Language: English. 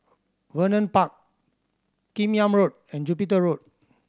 Vernon Park Kim Yam Road and Jupiter Road